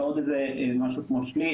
ועוד איזה משהו כמו שליש,